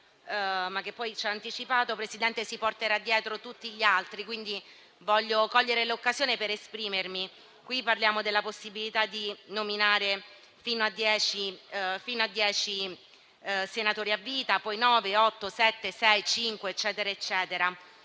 - come lei ha anticipato, signor Presidente - si porterà dietro tutti gli altri. Quindi, io voglio cogliere l'occasione per esprimermi. Parliamo qui della possibilità di nominare fino a dieci senatori a vita: poi nove, otto, sette, sei e cinque, con varie forme